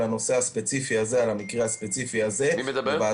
הנושא הספציפי הזה שהיום אנחנו דנים בו,